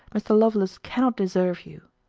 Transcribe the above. mr. lovelace cannot deserve you.